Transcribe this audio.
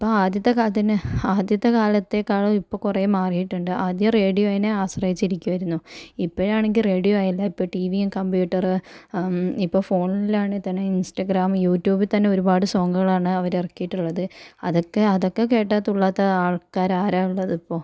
ഇപ്പോൾ ആദ്യത്തെ കാലത്ത് ആദ്യത്തെ കാലത്തെക്കാളും ഇപ്പോൾ കുറെ മാറിയിട്ടുണ്ട് ആദ്യം റേഡിയോനെ ആശ്രയിച്ച് ഇരിക്കുമായിരുന്നു ഇപ്പോഴാണെങ്കിൽ റേഡിയോ അല്ല ടിവി കംപ്യൂട്ടർ ഇപ്പോൾ ഫോണിൽ ആണെങ്കിൽ തന്നെ ഇൻസ്റ്റാഗ്രാം യൂട്യൂബ് തന്നെ ഒരുപാട് സോങ്ങുകളാണ് അവര് ഇറക്കിട്ടുള്ളത് അതൊക്കെ അതൊക്കെ കേട്ടാൽ തുള്ളാത്ത ആൾക്കാര് ആരാ ഉള്ളത് ഇപ്പോൾ